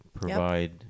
provide